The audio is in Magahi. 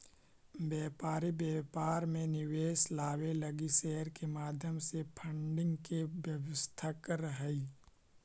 व्यापारी व्यापार में निवेश लावे लगी शेयर के माध्यम से फंडिंग के व्यवस्था करऽ हई